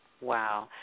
Wow